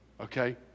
Okay